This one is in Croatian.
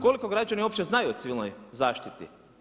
Koliko građani uopće znaju o civilnoj zaštiti?